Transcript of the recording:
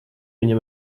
viņa